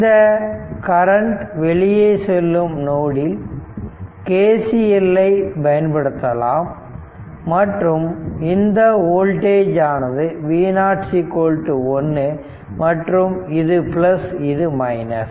இந்த கரண்ட் வெளியே செல்லும் நோடில் KCL ஐ பயன்படுத்தலாம் மற்றும் இந்த வோல்டேஜ் ஆனது V0 1 மற்றும் இது பிளஸ் இது மைனஸ்